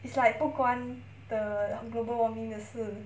it's like 不管 the global warming 的事